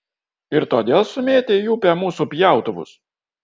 ir todėl sumėtei į upę mūsų pjautuvus